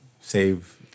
save